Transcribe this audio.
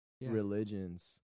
religions